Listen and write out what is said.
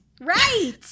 Right